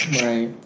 Right